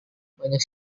banyak